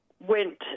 went